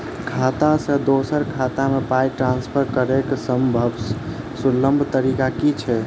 खाता सँ दोसर खाता मे पाई ट्रान्सफर करैक सभसँ सुलभ तरीका की छी?